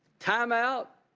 time-out?